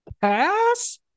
pass